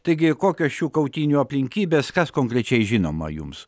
taigi kokios šių kautynių aplinkybės kas konkrečiai žinoma jums